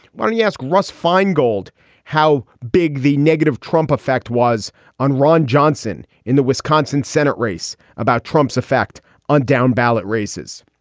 why don't you ask russ feingold how big the negative trump effect was on ron johnson in the wisconsin senate race about trump's effect on downballot races.